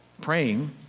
praying